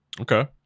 Okay